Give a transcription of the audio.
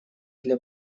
для